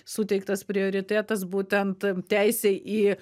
suteiktas prioritetas būtent teisė į